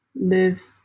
live